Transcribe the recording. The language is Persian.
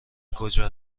کجا